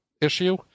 issue